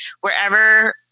wherever